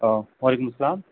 آ وعلیکُم اَلسلام